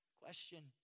Question